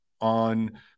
on